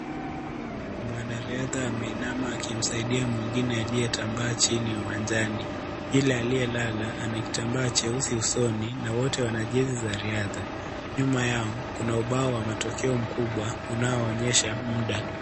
Mwanariadha ameinama akimsaidia mwingine aliyetambaa chini uwanjani. Yule aliyelala, ana kitambaa cheusi usoni na wote wana jezi za riadha. Nyuma yao, kuna ubao wa matoke mkubwa, unaoonyesha muda.